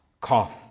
Cough